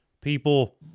people